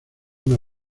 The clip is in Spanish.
una